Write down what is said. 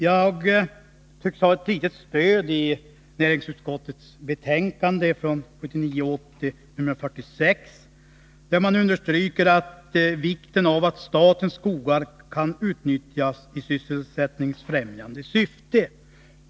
Jag tycks ha ett litet stöd i näringsutskottets betänkande 1979/80:46, där man understryker vikten av att statens skogar kan utnyttjas i sysselsättningsfrämjande syfte.